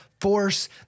force